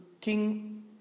king